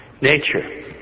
Nature